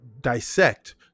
dissect